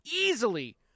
easily